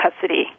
custody